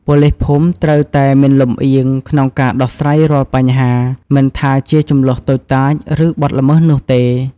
ប៉ូលីសភូមិត្រូវតែ មិនលម្អៀង ក្នុងការដោះស្រាយរាល់បញ្ហា មិនថាជាជម្លោះតូចតាច ឬបទល្មើសនោះទេ។